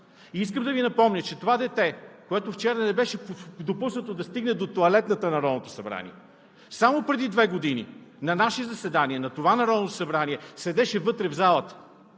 Искам да Ви напомня, че това дете, което вчера не беше допуснато да стигне до тоалетната на Народното събрание, само преди две години на наше заседание, на това Народно събрание седеше вътре в залата